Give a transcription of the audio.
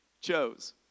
chose